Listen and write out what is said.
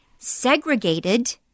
segregated